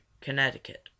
Connecticut